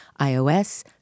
iOS